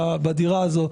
בדירה הזאת,